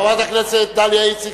חברת הכנסת איציק?